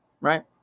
right